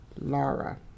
Laura